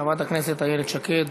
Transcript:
חברת הכנסת איילת שקד.